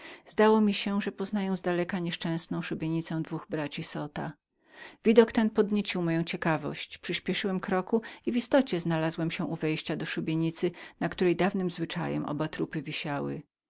zdało mi się żem poznał zdaleka nieszczęsną szubienicę dwóch braci zota widok ten podniecił moją ciekawość przyśpieszyłem kroku i w istocie znalazłem się u wejścia do szubienicy na której dawnym zwyczajem oba trupy wisiały